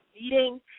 meeting